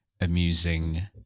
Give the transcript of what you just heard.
amusing